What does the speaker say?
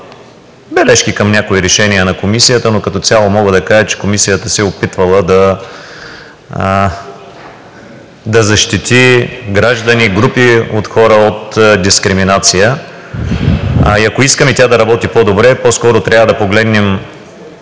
бележки към някои решения на Комисията, но като цяло мога да кажа, че Комисията се е опитвала да защити граждани и групи от хора от дискриминация. Ако искаме тя да работи по-добре, по-скоро трябва да погледнем